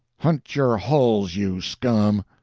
hunt your holes, you scum!